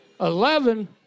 eleven